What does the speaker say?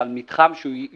על מתחם קטן מאוד שיוגדר.